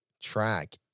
track